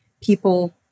people